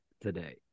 today